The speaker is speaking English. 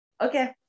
Okay